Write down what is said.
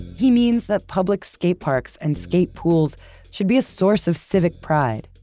he means that public skateparks and skate pools should be a source of civic pride,